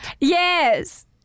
Yes